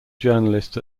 journalist